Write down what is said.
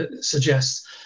suggests